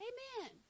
Amen